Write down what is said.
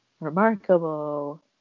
remarkable